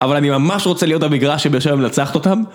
אבל אני ממש רוצה להיות המגרש שבאר שבע מנצחת אותם